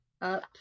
up